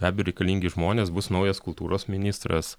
be abejo reikalingi žmonės bus naujas kultūros ministras